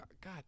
God